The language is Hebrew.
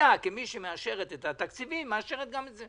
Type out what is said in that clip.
בתפקידה כמי שמאשרת את התקציבים מאשרת גם את זה.